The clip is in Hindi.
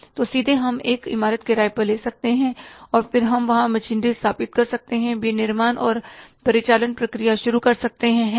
तो सीधे हम एक इमारत किराए पर ले सकते हैं और फिर हम वहां मशीनरी स्थापित कर सकते हैं और विनिर्माण और परिचालन प्रक्रिया शुरू कर सकते हैं है ना